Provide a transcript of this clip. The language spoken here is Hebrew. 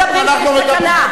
אנחנו מדברים שיש סכנה.